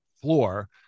floor